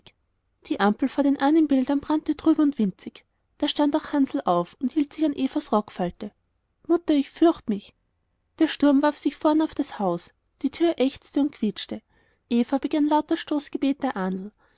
die ampel vor den ahnenbildern brannte trüb und winzig da stand auch hansl auf und hielt sich an evas rockfalte mutter ich fürcht mich der sturm warf sich von vorn auf das haus die tür ächzte und quietschte eva begann laut das stoßgebet der ahnl